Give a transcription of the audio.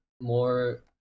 more